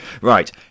right